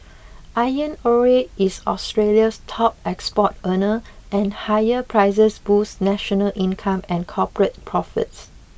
iron ore is Australia's top export earner and higher prices boosts national income and corporate profits